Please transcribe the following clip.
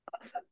Awesome